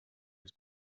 his